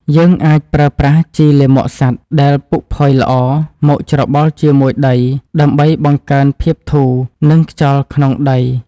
យើងអាចប្រើប្រាស់ជីលាមកសត្វដែលពុកផុយល្អមកច្របល់ជាមួយដី ដើម្បីបង្កើនភាពធូរ និងខ្យល់ក្នុងដី។